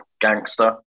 gangster